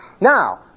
Now